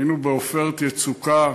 היינו ב"עופרת יצוקה".